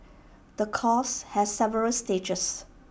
the course has several stages